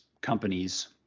companies